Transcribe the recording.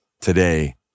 today